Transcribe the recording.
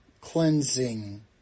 Cleansing